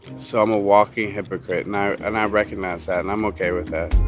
so i'm a walking hypocrite, and i and i recognize that. and i'm ok with that